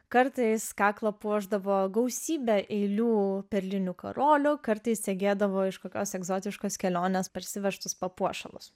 kartais kaklą puošdavo gausybė eilių perlinių karolių kartais segėdavo iš kokios egzotiškos kelionės parsivežtus papuošalus